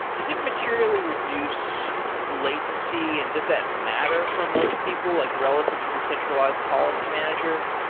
does it materially reduce latency and does that matter for most people like relative to the centralized policy manager?